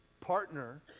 partner